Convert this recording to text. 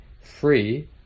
free